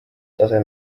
tase